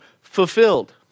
fulfilled